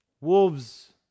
Wolves